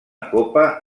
copa